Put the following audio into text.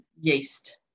yeast